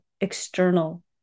external